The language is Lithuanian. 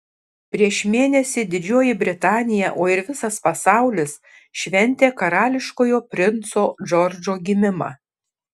prieš mėnesį didžioji britanija o ir visas pasaulis šventė karališkojo princo džordžo gimimą